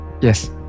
Yes